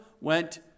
went